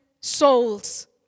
souls